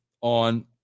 on